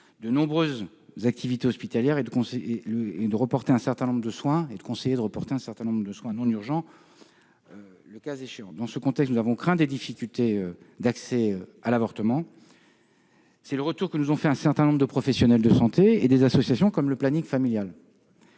de nombreuses activités hospitalières et à conseiller de reporter un certain nombre de soins non urgents, le cas échéant. Dans ce contexte, nous avons craint des difficultés d'accès à l'avortement ; c'est le retour que nous ont fait un certain nombre de professionnels de santé et les associations comme le planning familial.